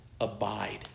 abide